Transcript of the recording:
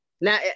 now